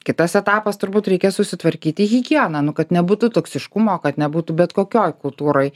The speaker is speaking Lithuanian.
kitas etapas turbūt reikės susitvarkyti higieną nu kad nebūtų toksiškumo kad nebūtų bet kokioj kultūroj